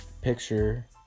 picture